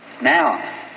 now